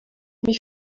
mich